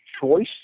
choice